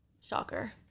shocker